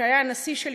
שהיה הנשיא שלי,